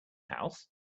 house